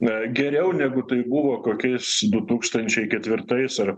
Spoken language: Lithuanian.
na geriau negu tai buvo kokiais du tūkstančiai ketvirtais ar